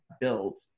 build